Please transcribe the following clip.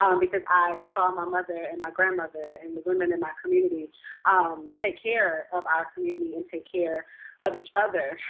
um because i saw my mother and my grandmother, and the women in my community um take care of our community and take care of each other.